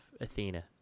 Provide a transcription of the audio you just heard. Athena